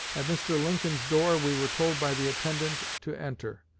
at mr. lincoln's door we were told by the attendant to enter.